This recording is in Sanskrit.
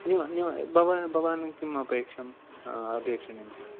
भवान् भवान् किम् अपेक्षं अपेक्षणीयं